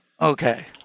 Okay